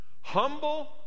humble